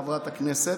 חברת הכנסת,